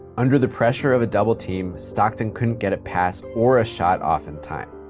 under the pressure of a double team, stockton couldn't get a pass or a shot off in time.